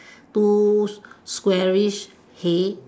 two squarish hay